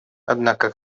однако